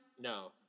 No